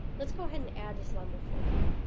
let's go ahead and add islamofobia.